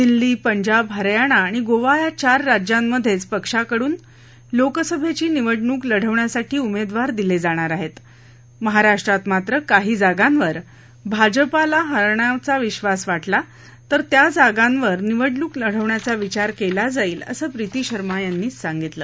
दिल्ली पंजाब हरियाणा आणि गोवा या चार राज्यांमध्येच पक्षाकडून लोकसभेची निवडणुक लढवण्यासाठी उमेदवार दिले जाणार आहे मात्र महाराष्ट्रात काही जागांवर भारतीय जनता पक्षाला हरवण्याचा विश्वास वाटला तर त्या जागांवर निवडणूक लढवण्याचा विचार केला जाईल असं प्रीती शर्मा यांनी सांगितलं